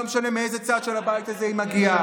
לא משנה מאיזה צד של הבית הזה היא מגיעה,